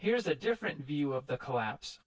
here's a different view of the collapse